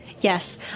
yes